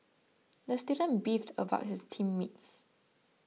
the student beefed about his team mates